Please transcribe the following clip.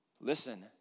Listen